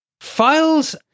Files